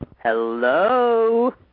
Hello